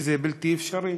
שזה בלתי אפשרי